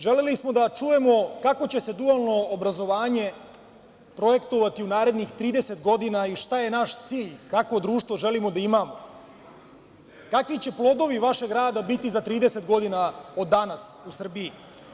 Želeli smo da čujemo kako će se dualno obrazovanje projektovati u narednih 30 godina i šta je naš cilj, kakvo društvo želimo da ima, kakvi će plodovi vašeg rada biti za 30 godina od danas u Srbiji?